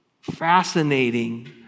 fascinating